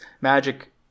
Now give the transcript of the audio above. magic